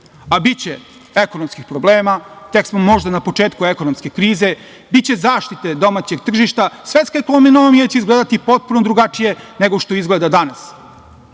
A biće ekonomskih problema, tek smo možda na početku ekonomske krize, biće zaštite domaćeg tržišta. Svetska ekonomija će izgledati potpuno drugačije nego što izgleda danas.